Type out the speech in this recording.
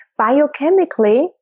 biochemically